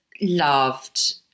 loved